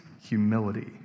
humility